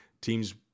Teams